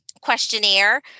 questionnaire